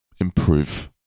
improve